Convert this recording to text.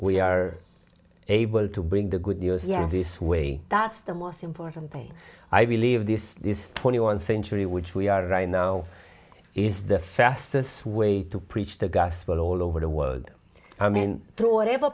we are able to bring the good news you have this way that's the most important thing i believe this is twenty one century which we are right now is the fastest way to preach the gospel all over the world i mean draw whatever